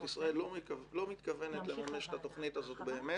ישראל לא מתכוונת לממש את התוכנית הזאת באמת.